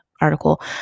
article